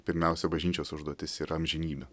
pirmiausia bažnyčios užduotis ir amžinybė